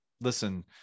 listen